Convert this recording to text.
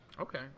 Okay